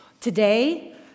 Today